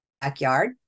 backyard